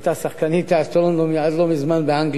היתה שחקנית תיאטרון עד לא מזמן באנגליה,